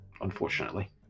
unfortunately